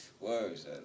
Words